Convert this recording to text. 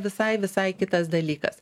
visai visai kitas dalykas